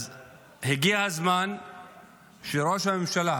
הגיע הזמן שראש הממשלה